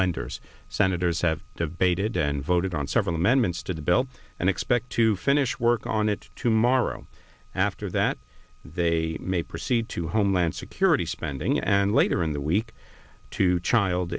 lenders senators have debated and voted on several amendments to the belt and expect to finish work on it tomorrow after that they may proceed to homeland security spending and later in the week to child